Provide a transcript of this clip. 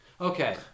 Okay